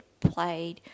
played